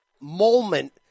moment